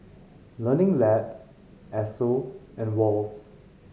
Learning Lab Esso and Wall's